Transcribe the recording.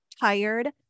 tired